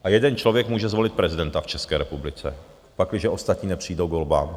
A jeden člověk může zvolit prezidenta v České republice, pakliže ostatní nepřijdou k volbám.